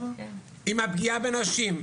עם הפגיעה בנשים.